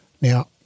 Now